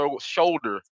shoulder